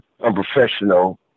unprofessional